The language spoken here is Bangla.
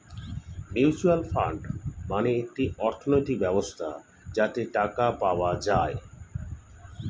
মিউচুয়াল ফান্ড মানে একটি অর্থনৈতিক ব্যবস্থা যাতে টাকা পাওয়া যায়